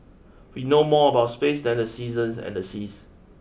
we know more about space than the seasons and the seas